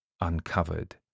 uncovered